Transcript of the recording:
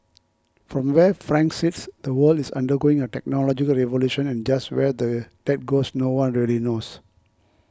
from where Frank sits the world is undergoing a technological revolution and just where that goes no one really knows